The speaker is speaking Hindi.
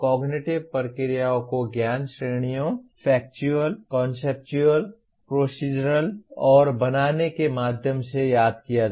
कॉग्निटिव प्रक्रियाओं को ज्ञान श्रेणियों फैक्चुअल कॉन्सेप्चुअल प्रोसीज़रल और बनाने के माध्यम से याद किया जाता है